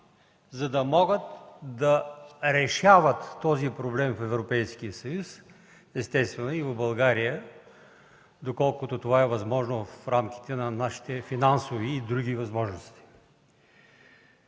за да могат да решават този проблем в Европейския съюз, естествено и в България, доколкото това е възможно в рамките на нашите финансови и други възможности.